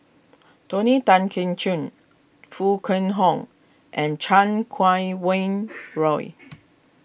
Tony Tan Keng Choon Foo Kwee Horng and Chan Kum Wah Roy